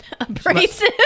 Abrasive